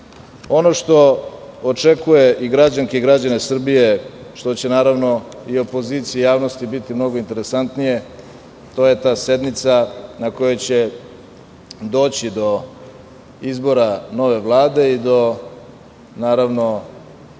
što očekuje i građanke i građane Srbije, što će naravno i opoziciji i javnosti biti mnogo interesantnije, to je ta sednica na kojoj će doći do izbora nove Vlade i do naravno